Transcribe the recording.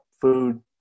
food